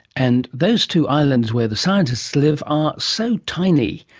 and those two islands where the scientists live are so tiny,